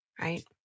right